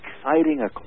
exciting